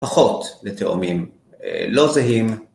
פחות לתאומים לא זהים.